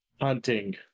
Hunting